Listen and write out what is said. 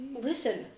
Listen